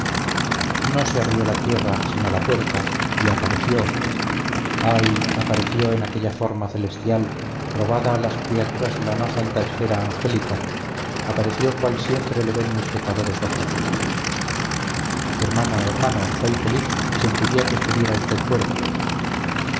no se abrió la tierra sino la puerta y apareció ay apareció en aquella forma celestial robada a las criaturas de la más alta esfera angélica apareció cual siempre le ven mis pecadores ojos hermano hermano soy feliz y sentiría que estuviera usted cuerdo